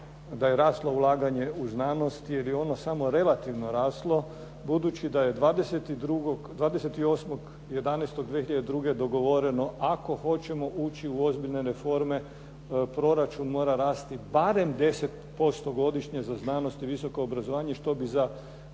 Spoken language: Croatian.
da je raslo ulaganje u znanost jer je ono samo relativno raslo budući da je 28.11.2002. dogovoreno ako hoćemo ući u ozbiljne reforme, proračun mora rasti barem 10% godišnje za znanost i visoko obrazovanje, što bi do